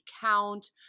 count